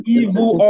evil